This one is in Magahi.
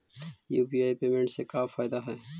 यु.पी.आई पेमेंट से का फायदा है?